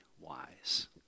wise